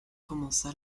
commença